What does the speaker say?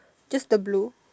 just the blue